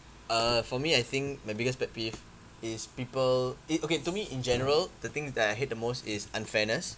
uh for me I think my biggest pet peeve is people it okay to me in general the thing that I hate the most is unfairness